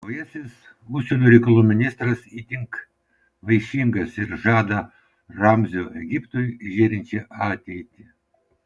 naujasis užsienio reikalų ministras itin vaišingas ir žada ramzio egiptui žėrinčią ateitį